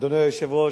אדוני היושב-ראש,